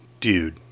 dude